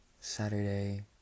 Saturday